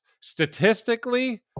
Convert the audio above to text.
statistically